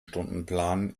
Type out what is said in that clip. stundenplan